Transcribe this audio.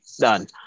done